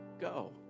go